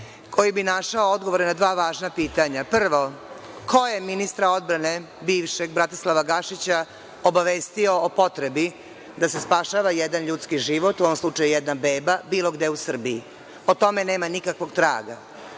koji bi našao odgovore na dva važna pitanja. Prvo, ko je ministra odbrane, bivšeg, Bratislava Gašića obavestio o potrebi da se spašava jedan ljudski život, u ovom slučaju jedna bebe, bilo gde u Srbiji? O tome nema nikakvog traga.